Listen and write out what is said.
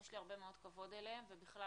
ויש לי הרבה מאוד כבוד אליהם ובכלל,